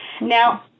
Now